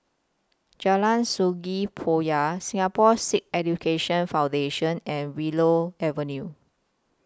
Jalan Sungei Poyan Singapore Sikh Education Foundation and Willow Avenue